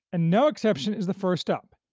and no exception is the first up,